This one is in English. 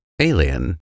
alien